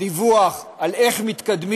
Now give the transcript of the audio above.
דיווח איך מתקדם